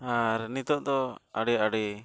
ᱟᱨ ᱱᱤᱛᱚᱜ ᱫᱚ ᱟᱹᱰᱤᱼᱟᱹᱰᱤ